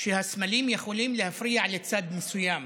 שהסמלים יכולים להפריע לצד מסוים